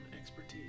expertise